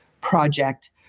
project